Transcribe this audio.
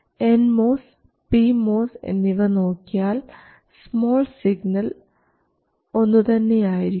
N MOS P MOS എന്നിവ നോക്കിയാൽ small signal ഒന്നു തന്നെയായിരിക്കും